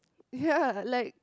ya like